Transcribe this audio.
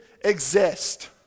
exist